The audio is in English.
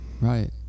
Right